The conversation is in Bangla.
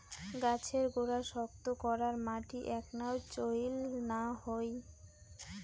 গছের গোড়া শক্ত করার মাটি এ্যাকনাও চইল না হই